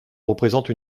représente